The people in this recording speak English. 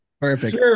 Perfect